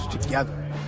together